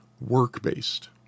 work-based